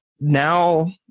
now